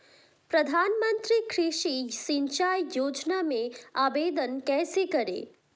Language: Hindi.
प्रधानमंत्री कृषि सिंचाई योजना में आवेदन कैसे करें?